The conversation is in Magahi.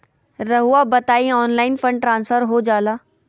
रहुआ बताइए ऑनलाइन फंड ट्रांसफर हो जाला?